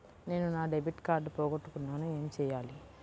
నేను నా debit card పోగొట్టుకున్నాను ఏమి చేయాలి?